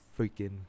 freaking